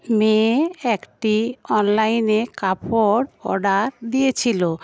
মেয়ে একটি অনলাইনে কাপড় অর্ডার দিয়েছিল